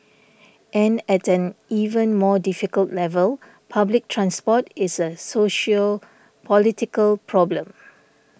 and at an even more difficult level public transport is a sociopolitical problem